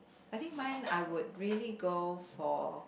I think mine I would really go for